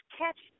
catch